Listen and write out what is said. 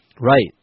Right